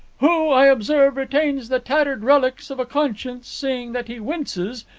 who, i observe, retains the tattered relics of a conscience, seeing that he winces,